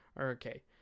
Okay